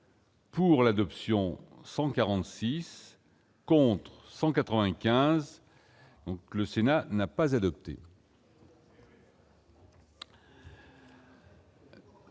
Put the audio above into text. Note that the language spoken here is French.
Pour l'adoption 146 contre 195, le Sénat n'a pas adopté.